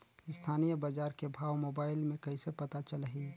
स्थानीय बजार के भाव मोबाइल मे कइसे पता चलही?